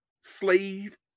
slave